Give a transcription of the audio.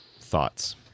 Thoughts